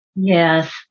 Yes